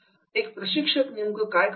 एक प्रशिक्षक नेमकं काय करतो